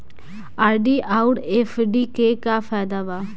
RD आउर FD के का फायदा बा?